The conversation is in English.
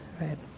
Right